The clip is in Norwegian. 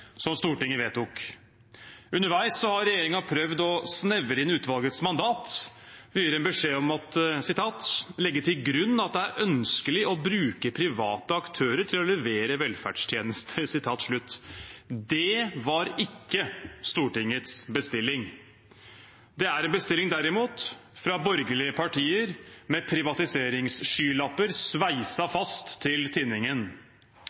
som Stortinget vedtok. Underveis har regjeringen prøvd å snevre inn utvalgets mandat ved å gi dem beskjed om at utvalget «skal legge til grunn at det er ønskelig å bruke private aktører til å levere velferdstjenester». Det var ikke Stortingets bestilling. Det er derimot en bestilling fra borgerlige partier med privatiseringsskylapper sveiset fast til tinningen.